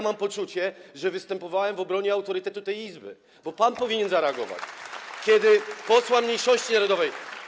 Mam poczucie, że występowałem w obronie autorytetu tej Izby, bo pan powinien zareagować, kiedy posła mniejszości narodowej.